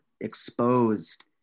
exposed